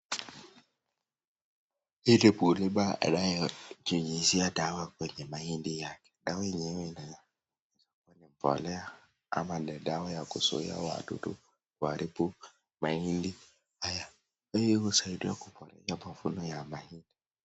Huyu ni mkulima anaye nyunyizia dawa kwenye mahindi yake, dawa yenyewe inaweza kuwa bolea ama ni dawa ya kuzuia wadudu kuharibu mahindi haya, hii husaidia kupanua mavuno ya mahindi.